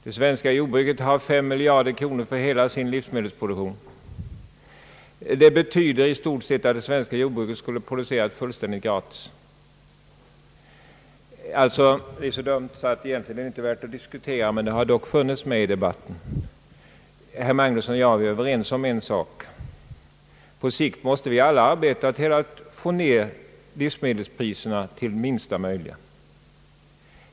Det svenska jordbruket har 5 miljarder kronor för hela sin livsme delsproduktion. Det betyder i stort sett att det svenska jordbruket skulle producera fullständigt gratis. Det är egentligen så dumt att det inte är värt att diskutera, men det har dock tagits upp i debatten. Herr Magnusson och jag är överens om en sak. På sikt måste vi alla arbeta för att få ned livsmedelspriserna till de lägsta möjliga.